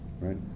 right